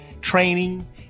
training